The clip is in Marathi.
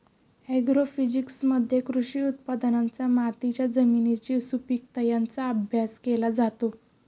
ॲग्रोफिजिक्समध्ये कृषी उत्पादनांचा मातीच्या जमिनीची सुपीकता यांचा अभ्यास केला जातो